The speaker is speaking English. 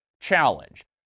challenge